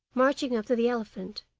marching up to the elephant.